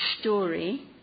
story